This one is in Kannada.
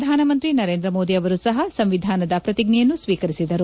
ಪ್ರಧಾನಮಂತ್ರಿ ನರೇಂದ್ರ ಮೋದಿ ಅವರೂ ಸಹ ಸಂವಿಧಾನದ ಪ್ರತಿಜ್ಞೆಯನ್ನು ಸ್ವೀಕರಿಸಿದರು